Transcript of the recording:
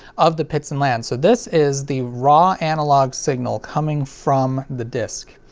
of the pits and lands. so this is the raw analog signal coming from the disc.